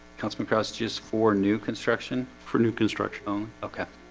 come across just for new construction for new construction on okay